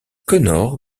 connor